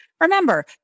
remember